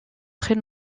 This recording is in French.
très